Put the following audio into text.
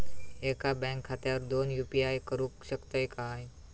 एका बँक खात्यावर दोन यू.पी.आय करुक शकतय काय?